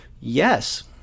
Yes